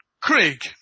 Craig